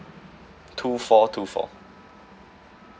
two four two four